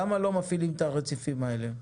למה לא מפעילים את הרציפים האלה?